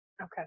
Okay